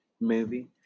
Movie